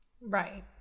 right